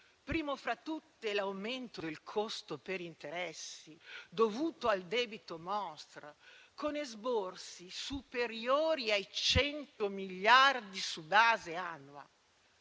prima fra tutte l'aumento del costo per interessi dovuto al debito *monstre*, con esborsi superiori ai 100 miliardi su base annua,